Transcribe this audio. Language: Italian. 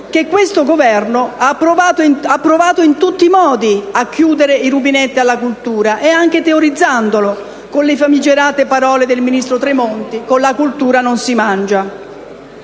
che questo Governo ha provato in tutti i modi a chiudere i rubinetti alla cultura, anche teorizzandolo con le famigerate parole del ministro Tremonti: con la cultura non si mangia.